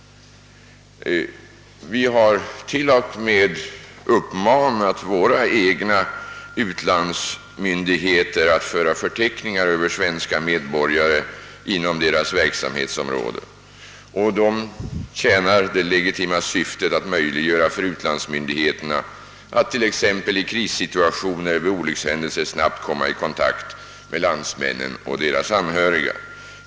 Vi har t.o.m. uppmanat våra egna utlandsmyndigheter att föra förteckningar över svenska medborgare inom ifrågavarande myndigheters verksamhetsområde. Detta tjänar det legitima syftet att möjliggöra för utlandsmyndigheterna att i krissituationer — exempelvis vid olyckshändelser — snabbt komma i kontakt med landsmännen och deras anhöriga.